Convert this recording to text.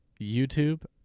YouTube